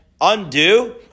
undo